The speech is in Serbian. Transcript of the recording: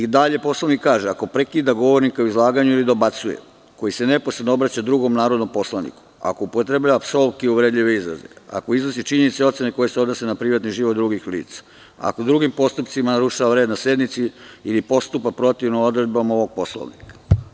Dalje Poslovnik kaže – ako prekida govornika u izlaganju ili dobacuje, koji se neposredno obraća drugom narodnom poslaniku, ako upotrebljava psovke i uvredljive izraze, ako iznosi činjenice i ocene koje se odnose na privatni život drugih lica, ako drugim postupcima narušava red na sednici ili postupa protivno odredbama ovog Poslovnika.